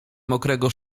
mokrego